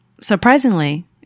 surprisingly